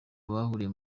bahuriye